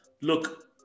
look